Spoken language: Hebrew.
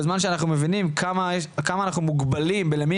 בזמן שאנחנו מבינים כמה אנחנו מוגבלים ולמי